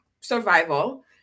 survival